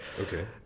Okay